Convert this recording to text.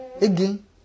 again